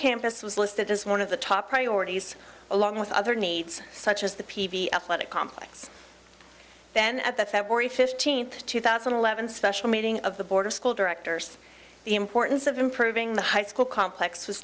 campus was listed as one of the top priorities along with other needs such as the pv athletic complex then at that worry fifteenth two thousand and eleven special meeting of the border school directors the importance of improving the high school complex was